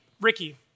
Ricky